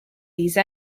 these